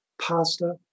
pasta